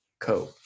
Co